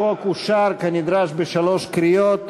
החוק אושר כנדרש בשלוש קריאות.